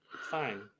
fine